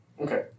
Okay